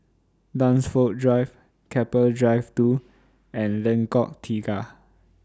Dunsfold Drive Keppel Drive two and Lengkok Tiga